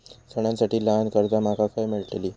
सणांसाठी ल्हान कर्जा माका खय मेळतली?